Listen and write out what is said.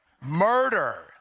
Murder